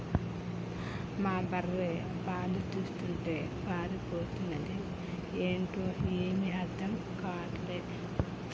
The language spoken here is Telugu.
మా బర్రె పాలు తీస్తుంటే పారిపోతన్నాది ఏంటో ఏమీ అర్థం గాటల్లే